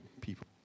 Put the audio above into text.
people